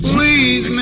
Please